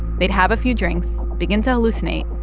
they'd have a few drinks, begin to hallucinate,